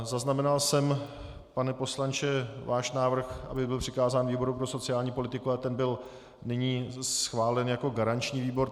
Zaznamenal jsem, pane poslanče, váš návrh, aby byl přikázán výboru pro sociální politiku, ale ten byl nyní schválen jako garanční výbor.